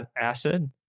acid